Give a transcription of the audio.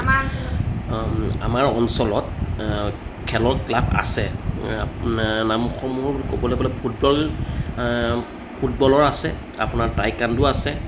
আমাৰ অঞ্চলত খেলৰ ক্লাব আছে নামসমূহ ক'বলৈ গ'লে ফুটবল ফুটবলৰ আছে আপোনাৰ টাইকাণ্ডো আছে